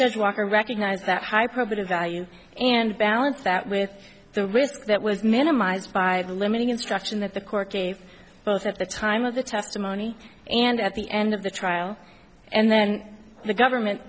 chose walker recognize that high property value and balance that with the risk that was minimized by the limiting instruction that the court gave both at the time of the testimony and at the end of the trial and then the government